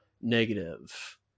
negative